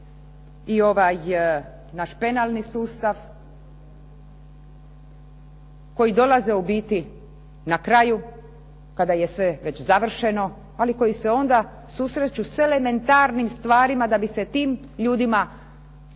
i ovaj naš penalni sustav, koji dolaze u biti na kraju kada je sve već završeno, ali koji se onda susreću s elementarnim stvarima da bi se tim ljudima pomoglo,